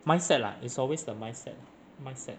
mindset lah it's always the mindset lor mindset